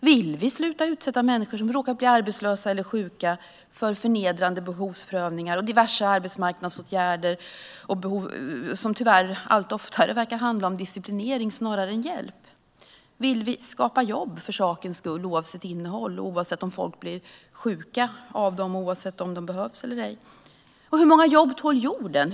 Vill vi sluta att utsätta människor som har råkat bli arbetslösa eller sjuka för förnedrande behovsprövningar och diverse arbetsmarknadsåtgärder som allt oftare tyvärr verkar handla om disciplinering snarare än hjälp? Vill vi skapa jobb för sakens skull oavsett innehåll och oavsett om folk blir sjuka av dem, oavsett om de behövs eller ej? Hur många jobb tål jorden?